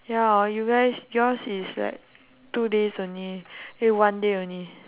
ya hor you guys yours is what two days only eh one day only